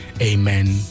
amen